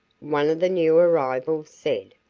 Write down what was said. one of the new arrivals said.